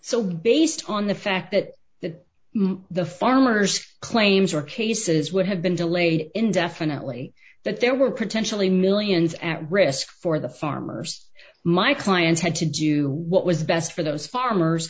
so based on the fact that that the farmer's claims are cases would have been delayed indefinitely that there were potentially millions at risk for the farmers my clients had to do what was best for those farmers